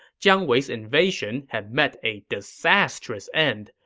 jiang wei's invasion had met a disastrous end.